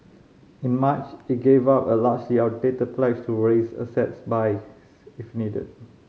in March it gave up a largely outdated pledge to raise assets buy if needed